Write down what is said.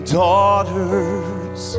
daughters